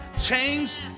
changed